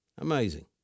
Amazing